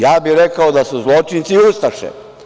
Ja bi rekao da su zločinci i ustaše.